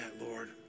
Lord